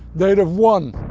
they'd have won.